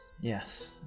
Yes